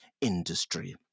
industry